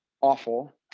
awful